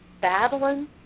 Babylon